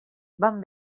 vam